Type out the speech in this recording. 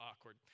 awkward